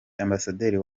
ambasaderi